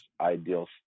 ideal